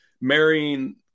marrying